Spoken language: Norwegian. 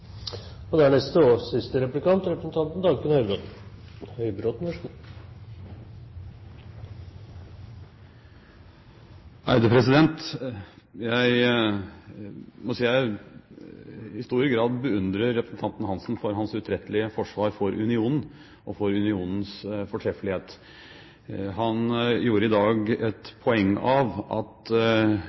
Jeg må si at jeg i stor grad beundrer representanten Hansen for hans utrettelige forsvar for unionen – og for unionens fortreffelighet. Han gjorde i dag et poeng av at